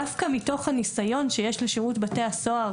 דווקא מתוך הניסיון שיש לשירות בתי הסוהר